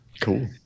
Cool